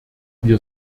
wir